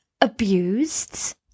abused